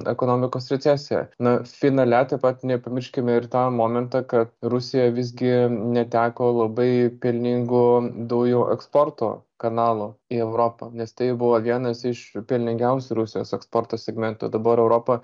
ekonomikos recesiją na finale taip pat nepamirškime ir tą momentą kad rusija visgi neteko labai pelningų dujų eksporto kanalų į europą nes tai buvo vienas iš pelningiausių rusijos eksporto segmentų dabar europa